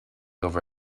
over